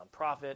nonprofit